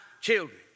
children